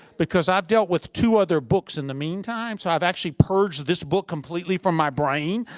because i've dealt with two other books in the meantime, so i've actually purged this book completely from my brain.